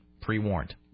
pre-warned